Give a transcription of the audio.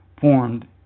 formed